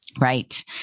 Right